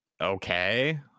okay